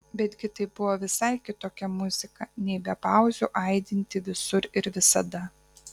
betgi tai buvo visai kitokia muzika nei be pauzių aidinti visur ir visada